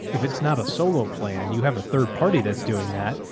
if it's not a solo plan, you have a third party. that's doing that.